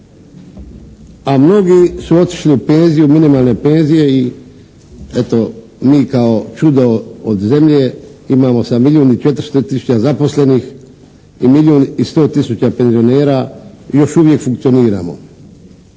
a mnogi su otišli u penziju, minimalne penzije i eto, mi kao čudo od zemlje imamo sa milijun i 400 tisuća zaposlenih i milijun i 100 tisuća penzionera i još uvijek funkcioniramo.